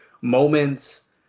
moments